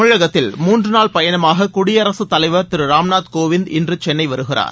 தமிழகத்தில் மூன்று நாள் பயணமாக குடிரயசுத் தலைவர் திரு ராம்நாத் கோவிந்த் இன்று சென்னை வருகிறார்